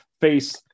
face